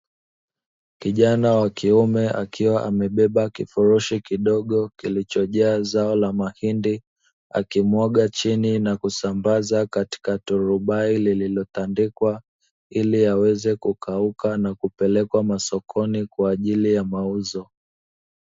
Kijana wa kiume akiwa amebeba kifurushi kidogo kilichojaa zao la mahindi akimwaga chini na kusambaza katika turubai, lililotandikwa ili yaweze kukauka na kupelekwa masokoni kwa ajili ya mauzo.